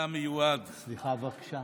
המיועד, סליחה, בבקשה.